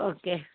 okay